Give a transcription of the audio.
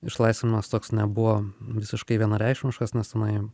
išlaisvinimas toks nebuvo visiškai vienareikšmiškas nes tenai